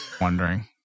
Wondering